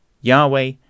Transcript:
Yahweh